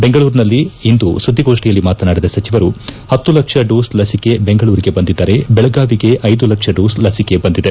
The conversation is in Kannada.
ಬೆಂಗಳೂರಿನಲ್ಲಿಂದು ಸುದ್ದಿಗೋಷ್ಠಿಯಲ್ಲಿ ಮಾತನಾಡಿದ ಸಚಿವರು ಪತ್ತು ಲಕ್ಷ ಡೋಸ್ ಲಸಿಕೆ ಬೆಂಗಳೂರಿಗೆ ಬಂದಿದ್ದರೆ ಬೆಳಗಾವಿಗೆ ಐದು ಲಕ್ಷ ಡೋಸ್ ಲಸಿಕೆ ಬಂದಿದೆ